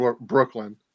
Brooklyn